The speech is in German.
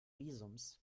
visums